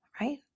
right